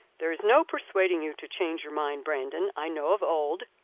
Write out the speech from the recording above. there is no persuading you to change your mind, brandon, i know of old,